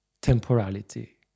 temporality